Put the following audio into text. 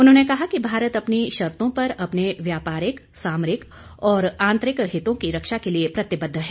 उन्होंने कहा कि भारत अपनी शर्तो पर अपने व्यापारिक सामरिक और आंतरिक हितों की रक्षा के लिए प्रतिबद्ध है